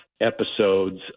episodes